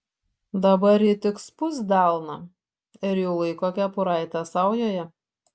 dabar ji tik spust delną ir jau laiko kepuraitę saujoje